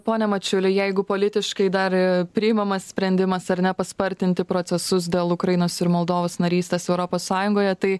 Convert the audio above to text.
pone mačiuli jeigu politiškai dar į priimamas sprendimas ar ne paspartinti procesus dėl ukrainos ir moldovos narystės europos sąjungoje tai